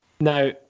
Now